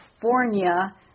California